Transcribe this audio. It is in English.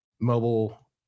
mobile